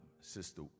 sister